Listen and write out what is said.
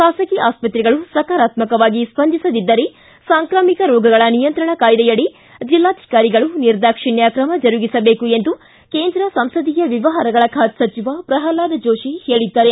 ಖಾಸಗಿ ಆಸ್ಪತ್ರೆಗಳು ಸಕಾರಾತ್ಪಕವಾಗಿ ಸ್ಪಂದಿಸದಿದ್ದರೆ ಸಾಂಕ್ರಾಮಿಕ ರೋಗಗಳ ನಿಯಂತ್ರಣ ಕಾಯ್ದೆಯಡಿ ಜಿಲ್ಲಾಧಿಕಾರಿಗಳು ನಿರ್ದಾಕ್ಷಿಣ್ಞ ಕ್ರಮ ಜರುಗಿಸಬೇಕು ಎಂದು ಕೇಂದ್ರ ಸಂಸದೀಯ ವ್ಯವಹಾರಗಳ ಖಾತೆ ಸಚಿವ ಪ್ರಲ್ಹಾದ್ ಜೋಶಿ ಹೇಳಿದ್ದಾರೆ